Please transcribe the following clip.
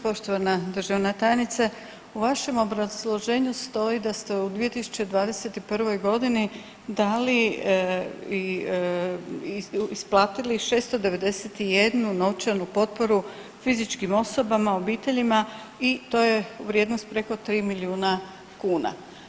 Poštovana državna tajnice, u vašem obrazloženju stoji da ste u 2021. godini dali i isplatili 691 novčanu potporu fizičkim osobama, obiteljima i to je vrijednost preko 3 milijuna kuna.